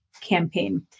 campaign